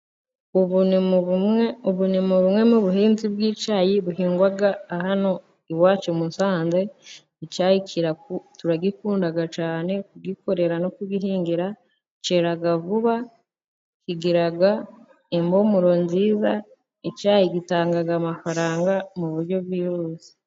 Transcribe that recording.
Ubu ni bumwe mu buhinzi bw'icyayi buhingwa hano iwacu i Musanze. Icyayi turagikunda cyane, kugikorera no kugihingira, kera vuba, kigira impumuro nziza, icyayi gitanga amafaranga mu buryo bwihuse.